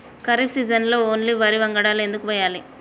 ఖరీఫ్ సీజన్లో ఓన్లీ వరి వంగడాలు ఎందుకు వేయాలి?